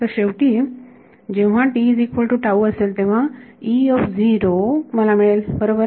तर शेवटी जेव्हा असेल तेव्हा मला मिळेल बरोबर